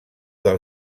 del